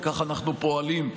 וכך אנחנו פועלים,